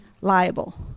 liable